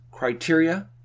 Criteria